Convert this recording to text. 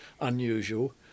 unusual